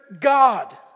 God